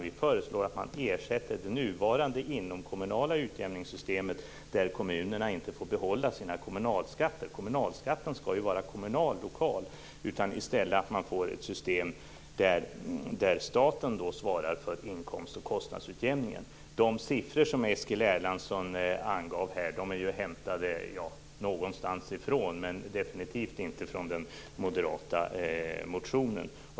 Vi föreslår att det nuvarande inomkommunala utjämningssystemet ersätts där kommunerna inte får behålla sina kommunalskatter. Kommunalskatten skall ju vara lokal. I stället skall det bli ett system där staten står för inkomst och kostnadsutjämningen. De siffror som Eskil Erlandsson angav är hämtade någonstans, men definitivt inte från den moderata motionen.